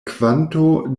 kvanto